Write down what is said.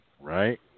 Right